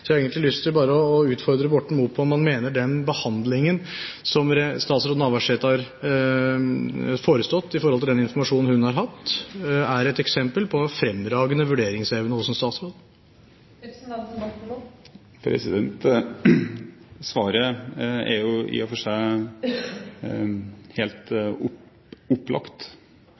jeg har lyst til å utfordre Borten Moe på om han mener den behandlingen som statsråd Navarsete har forestått i forhold til den informasjonen hun har hatt, er et eksempel på fremragende vurderingsevne hos en statsråd. Svaret er jo i og for seg helt opplagt.